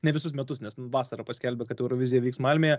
ne visus metus nes vasarą paskelbė kad eurovizija vyks malmėje